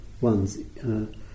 ones